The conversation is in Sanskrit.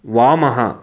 वामः